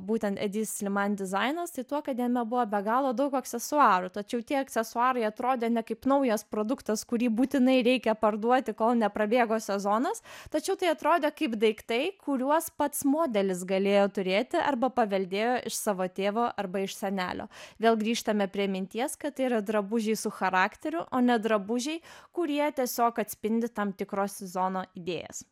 būtent edi sliman dizainas tai tuo kad jame buvo be galo daug aksesuarų tačiau tie aksesuarai atrodė ne kaip naujas produktas kurį būtinai reikia parduoti kol neprabėgo sezonas tačiau tai atrodė kaip daiktai kuriuos pats modelis galėjo turėti arba paveldėjo iš savo tėvo arba iš senelio vėl grįžtame prie minties kad tai yra drabužiai su charakteriu o ne drabužiai kurie tiesiog atspindi tam tikro sezono idėjas